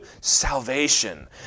salvation